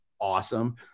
awesome